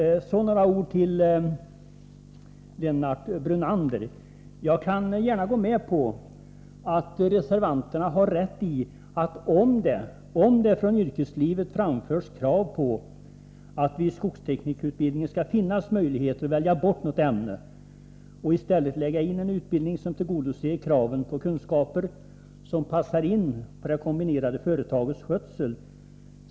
Sedan några ord till Lennart Brunander. Jag kan gärna gå med på att reservanterna har rätt i att utbildningsberedningen bör ta all hänsyn till om det från yrkeslivet framförs krav på att det i skogsteknikerutbildningen skall finnas möjligheter att välja bort något ämne och i stället lägga in en utbildning som tillgodoser kraven på kunskaper som passar in på det kombinerade företagets skötsel.